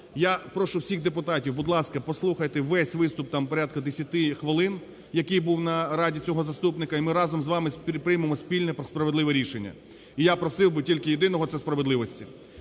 я прошу всіх депутатів, будь ласка, послухайте весь виступ, там порядку десяти хвилин, який був на раді цього заступника, і ми разом з вами приймемо спільне справедливе рішення. І я просив би тільки єдиного - це справедливості.